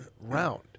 round